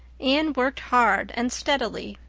anne worked hard and steadily.